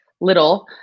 little